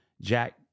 Jack